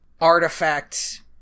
artifact